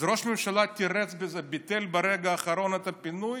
אז ראש הממשלה תירץ, ביטל ברגע האחרון את הפינוי